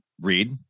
read